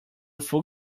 full